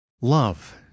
Love